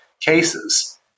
cases